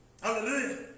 Hallelujah